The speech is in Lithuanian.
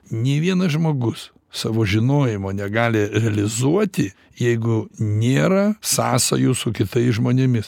nei vienas žmogus savo žinojimo negali realizuoti jeigu nėra sąsajų su kitais žmonėmis